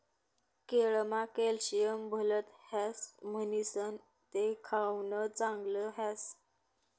केळमा कॅल्शियम भलत ह्रास म्हणीसण ते खावानं चांगल ह्रास